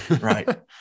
Right